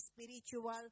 spiritual